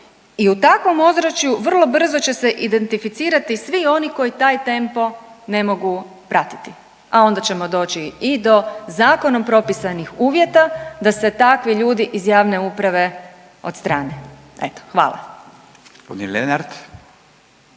i u takvom ozračju vrlo brzo će se identificirati svi oni koji taj tempo ne mogu pratiti, a onda ćemo doći i do zakonom propisanih uvjeta da se takvi ljudi iz javne uprave odstrane. Eto hvala.